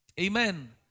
Amen